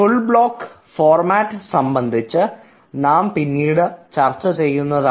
full block format സംബന്ധിച്ച് നാം പിന്നീട് ചർച്ച ചെയ്യുന്നതാണ്